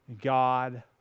God